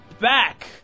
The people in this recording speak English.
back